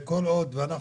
כל עוד אנחנו